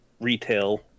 retail